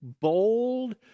bold